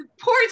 poor